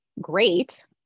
great